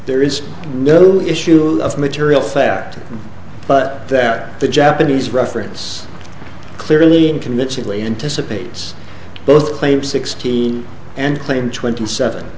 there is no issue of material fact but that the japanese reference clearly in conventionally anticipates both claim sixteen and claim twenty seven